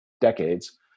decades